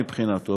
מבחינתו,